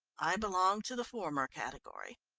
i belong to the former category.